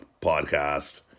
podcast